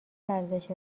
ورزش